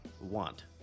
want